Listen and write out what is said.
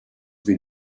been